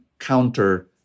counter